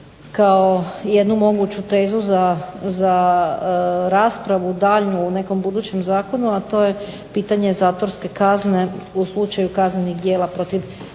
kao jednu moguću tezu za raspravu daljnju u nekom budućem zakonu, a to je pitanje zatvorske kazne u slučaju kaznenih djela protiv